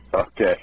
Okay